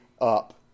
up